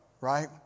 right